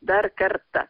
dar kartą